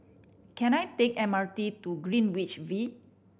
can I take M R T to Greenwich V